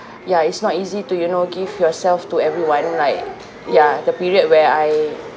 ya it's not easy to you know give yourself to everyone right ya the period where I